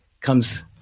comes